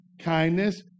kindness